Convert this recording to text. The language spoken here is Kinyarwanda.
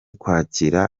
kwakira